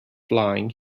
flying